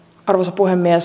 arvoisa puhemies